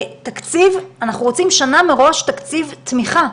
אנחנו רוצים שנה מראש תקציב תמיכה.